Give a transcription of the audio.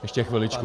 Ještě chviličku.